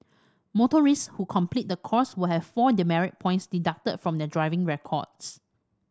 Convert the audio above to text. motorists who complete the course will have four demerit points deducted from their driving records